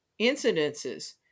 incidences